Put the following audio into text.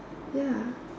ya